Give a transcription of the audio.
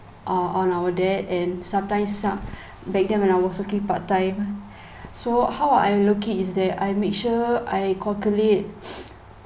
uh on our dad and sometimes suc~ back then when I was working part time so how I look it is that I make sure I calculate